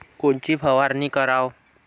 कोनची फवारणी कराव?